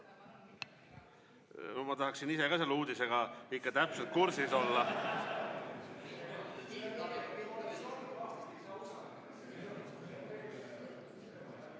Ma tahaksin ise ka selle uudisega ikka täpselt kursis olla.